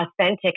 authentic